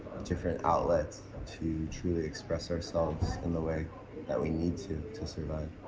different outlet to truly express ourselves in the way that we need to to survive